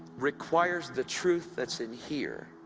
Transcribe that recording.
requires the truth that's in here,